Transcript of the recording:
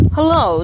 Hello